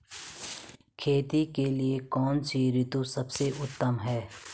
खेती के लिए कौन सी ऋतु सबसे उत्तम है?